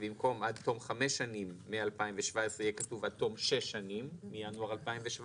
במקום עד תום חמש שנים מ-2017 יהיה כתוב עד תום שש שנים מינואר 2017,